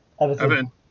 Evan